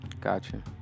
Gotcha